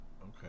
Okay